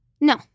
No